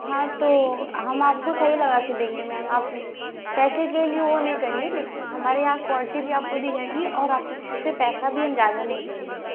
हाँ तो हम आपको सही लगा के देंगे मैम आप पैसे के लिए वह नहीं करिए लेकि हमारे यहाँ क्वाल्टी भी आपको दी जाएगी और आपसे पैसा भी हम ज़्यादा नहीं लेंगे